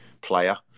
player